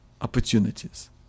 opportunities